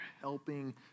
helping